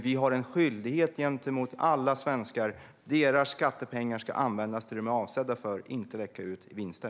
Vi har en skyldighet gentemot alla svenskar att se till att deras skattepengar används till det de är avsedda för och inte läcker ut i vinster.